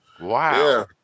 Wow